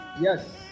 Yes